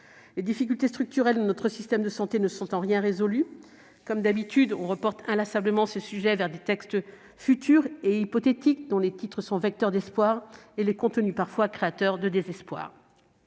Les difficultés structurelles de notre système de santé ne sont en rien résolues : on reporte inlassablement ces sujets vers des textes futurs et hypothétiques, dont les titres sont vecteurs d'espoir et les contenus parfois créateurs de désespoir.